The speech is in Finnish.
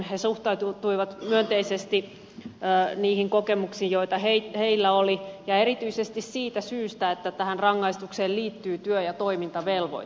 he todellakin suhtautuivat myönteisesti niihin kokemuksiin joita heillä oli ja erityisesti siitä syystä että tähän rangaistukseen liittyy työ ja toimintavelvoite